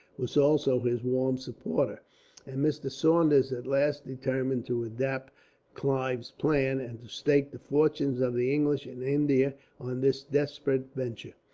was also his warm supporter and mr. saunders at last determined to adopt clive's plan, and to stake the fortunes of the english in india on this desperate venture.